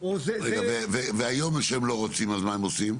רגע, והיום, כשהם לא רוצים, מה הם עושים?